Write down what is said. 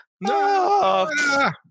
no